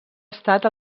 estat